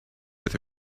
with